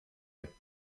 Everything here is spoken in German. mit